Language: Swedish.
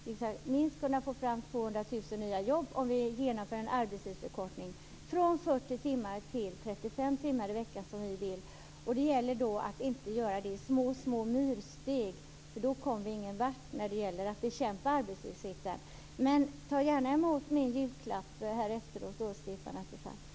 Vi skall kunna få fram minst 200 000 nya jobb om vi genomför en arbetstidsförkortning från 40 timmar till 35 timmar i veckan, som vi vill. Det gäller att inte göra det i små myrsteg, för då kommer vi ingen vart när det gäller att bekämpa arbetslösheten. Ta gärna emot min julklapp efteråt, Stefan Attefall!